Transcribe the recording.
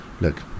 look